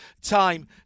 time